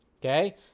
okay